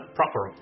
proper